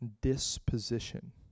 disposition